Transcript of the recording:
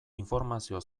informazio